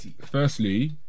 Firstly